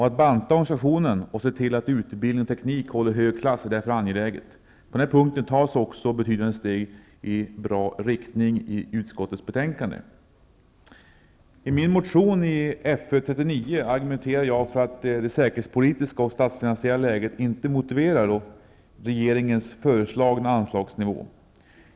Att banta organisationen och se till att utbildning och teknik håller hög klass är därför angeläget. På den här punkten tas också betydande steg i en bra riktning i utskottets betänkande. I min motion Fö39 argumenterar jag för att det säkerhetspolitiska och statsfinansiella läget inte motiverar regeringens föreslagna anslagsnivå.